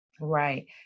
Right